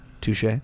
Touche